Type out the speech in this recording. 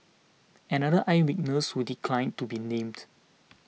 another eye witness who declined to be named